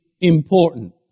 important